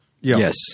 yes